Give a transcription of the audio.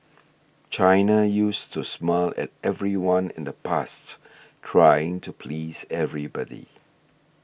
China used to smile at everyone in the past trying to please everybody